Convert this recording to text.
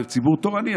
וציבור תורני.